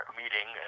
meeting